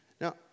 Now